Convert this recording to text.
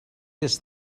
this